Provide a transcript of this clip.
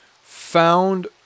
found